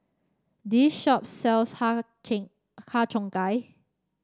this shop sells har Har Cheong Gai